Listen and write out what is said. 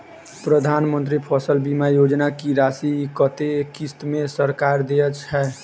प्रधानमंत्री फसल बीमा योजना की राशि कत्ते किस्त मे सरकार देय छै?